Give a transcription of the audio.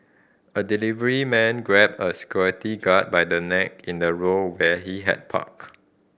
a delivery man grabbed a security guard by the neck in a row where he had parked